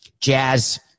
Jazz